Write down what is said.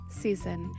season